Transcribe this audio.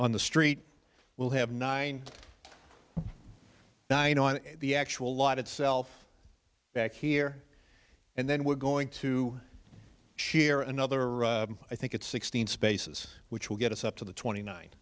on the street will have nine nine on the actual lot itself back here and then we're going to share another i think it's sixteen spaces which will get us up to the twenty nin